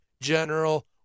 General